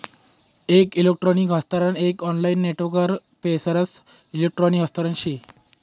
एक इलेक्ट्रॉनिक हस्तांतरण एक ऑनलाईन नेटवर्कवर पैसासना इलेक्ट्रॉनिक हस्तांतरण से